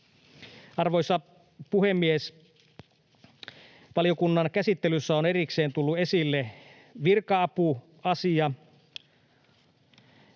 Arvoisa puhemies! Valiokunnan käsittelyssä on erikseen tullut esille virka-apuasia.